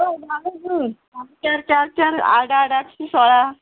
चार चार चार आट आट आट सोळा